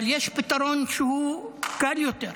אבל יש פתרון שהוא קל יותר.